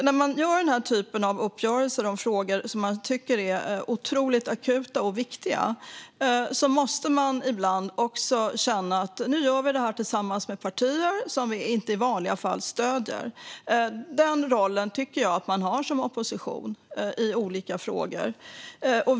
När man träffar den här typen av uppgörelser om frågor som man tycker är otroligt akuta och viktiga måste man ibland göra det tillsammans med partier som man i vanliga fall inte stöder. Den rollen tycker jag att man har som opposition i olika frågor.